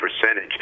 percentage